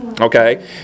Okay